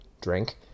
drink